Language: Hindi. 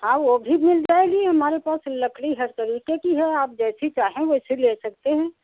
हाँ वह भी मिल जाएगी हमारे पास लकड़ी हर तरीक़े की है आप जैसी चाहे वैसी ले सकते हैं